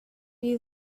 you